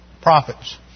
prophets